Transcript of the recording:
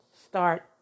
start